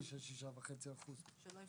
שיעור מינימלי של 6.5% לתגמולים.